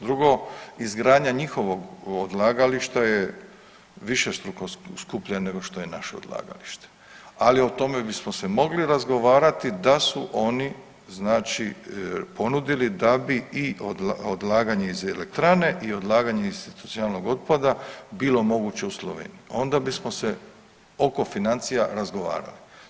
Drugo, izgradnja njihovog odlagališta je višestruko skuplja nego što je naše odlagalište, ali o tome bismo se mogli razgovarati da su oni znači ponudili da bi i odlaganje iz elektrane i odlaganje iz institucionalnog otpada bilo moguće u Sloveniji, onda bismo se oko financija razgovarali.